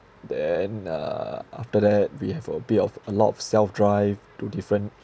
then uh after that we have a bit of a lot of self drive to different